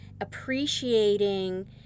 appreciating